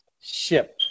ship